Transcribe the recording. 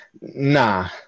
nah